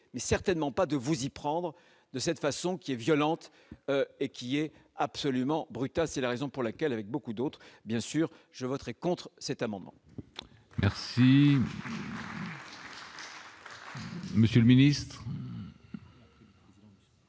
mais certainement pas de vous y prendre de cette façon, qui est violente et qui est absolument brutal, c'est la raison pour laquelle, avec beaucoup d'autres, bien sûr, je voterai contre cet amendement. Merci. Monsieur le Ministre.